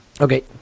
Okay